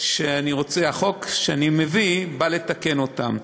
והחוק שאני מביא בא לתקן אותן.